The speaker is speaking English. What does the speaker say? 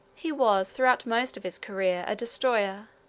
he was, throughout most of his career, a destroyer.